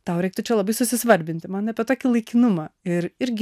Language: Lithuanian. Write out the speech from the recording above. tau reiktų čia labai susisvarbinti man apie tokį laikinumą ir irgi